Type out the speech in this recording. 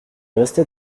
restait